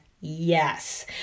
yes